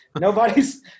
Nobody's